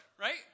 right